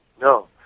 No